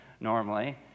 normally